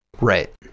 Right